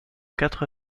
quatre